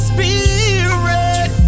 Spirit